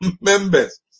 members